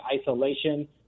isolation